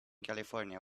california